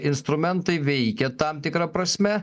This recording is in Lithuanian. instrumentai veikia tam tikra prasme